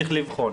צריך לבחון.